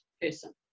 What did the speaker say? person